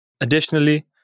additionally